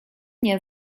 nie